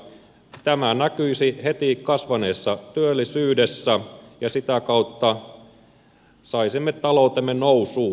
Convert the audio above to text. tämä näkyisi heti kasvaneessa työllisyydessä ja sitä kautta saisimme taloutemme nousuun